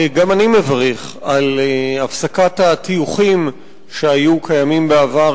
גם אני מברך על הפסקת הטיוחים שהיו קיימים בעבר,